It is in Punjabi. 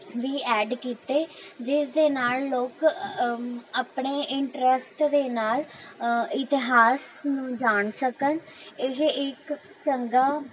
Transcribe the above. ਵੀ ਐਡ ਕੀਤੇ ਜਿਸ ਦੇ ਨਾਲ ਲੋਕ ਆਪਣੇ ਇੰਟਰਸਟ ਦੇ ਨਾਲ ਇਤਿਹਾਸ ਨੂੰ ਜਾਣ ਸਕਣ ਇਹ ਇੱਕ ਚੰਗਾ